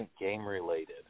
game-related